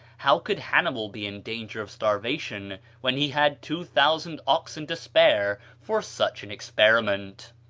how could hannibal be in danger of starvation when he had two thousand oxen to spare for such an experiment?